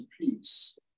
peace